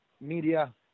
Media